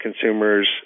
consumers